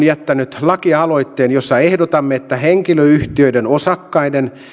jättäneet lakialoitteen jossa ehdotamme että henkilöyhtiöiden osakkaiden